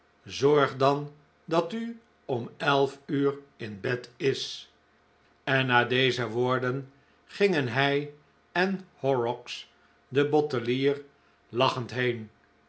zorg dan dat u om elf uur in bed is en na deze woorden gingen hij en horrocks de bottelier lachend heen